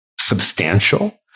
substantial